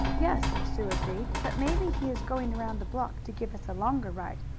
yes, sue agreed, but maybe he is going around the block to give us a longer ride.